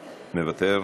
מוותר.